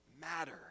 matter